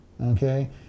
okay